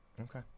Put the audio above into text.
Okay